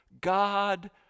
God